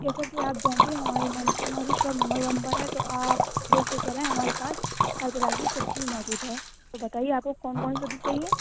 جیسا کہ آپ جانتی ہیں ہماری نام ہماری شاپ نمبر ون پر ہے تو آپ بے فکر رہیں ہمارے پاس ہر طرح کی سبزی موجود ہے تو بتائیے آپ کو کون کون سی سبزی چاہیے